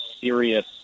serious